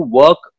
work